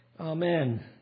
Amen